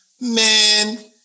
Man